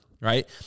Right